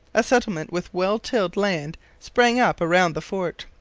a settlement with well-tilled land sprang up around the fort,